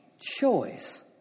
choice